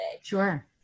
Sure